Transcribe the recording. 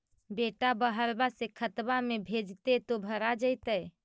बेटा बहरबा से खतबा में भेजते तो भरा जैतय?